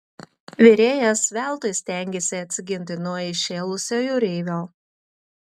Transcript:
virėjas veltui stengėsi atsiginti nuo įšėlusio jūreivio